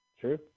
True